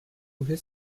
his